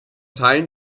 teilen